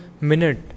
minute